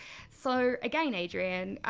so again, adrian,